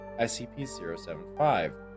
SCP-075